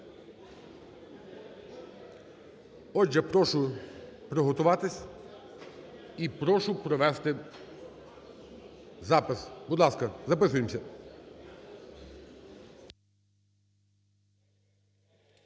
Отже, прошу приготуватись і прошу провести запис. Будь ласка, записуємося.